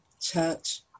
church